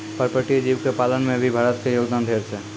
पर्पटीय जीव के पालन में भी भारत के योगदान ढेर छै